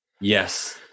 Yes